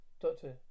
doctor